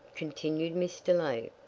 continued mr. lee.